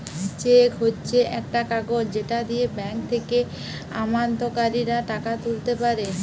check হচ্ছে একটা কাগজ যেটা দিয়ে ব্যাংক থেকে আমানতকারীরা টাকা তুলতে পারে